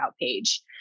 page